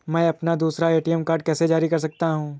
मैं अपना दूसरा ए.टी.एम कार्ड कैसे जारी कर सकता हूँ?